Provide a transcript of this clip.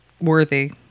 worthy